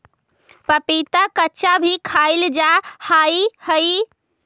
पपीता कच्चा भी खाईल जा हाई हई